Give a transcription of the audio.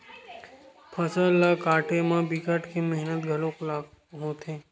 फसल ल काटे म बिकट के मेहनत घलोक होथे